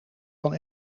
van